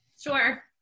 Sure